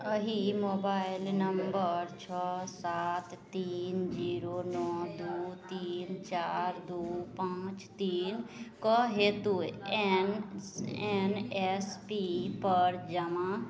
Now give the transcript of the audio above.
एहि mobile number छओ सात तीन जीरो नओ दुइ तीन चारि दुइ पाँच तीनके हेतु एन एन एस पी पर जमा